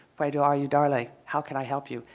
puedo ah ayudarle. like how can i help you?